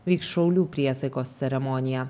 vyks šaulių priesaikos ceremonija